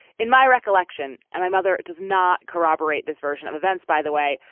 in my recollection and my mother does not corroborate this version of events by the way.